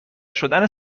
شدن